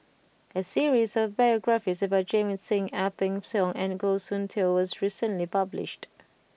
a series of biographies about Jamit Singh Ang Peng Siong and Goh Soon Tioe was recently published